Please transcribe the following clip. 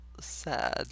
Sad